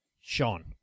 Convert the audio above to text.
Sean